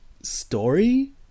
story